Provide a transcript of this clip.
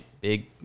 big